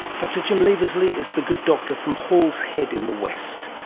dr jim leavesley is the good doctor from halls head in the west.